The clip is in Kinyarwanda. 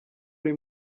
uri